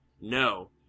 No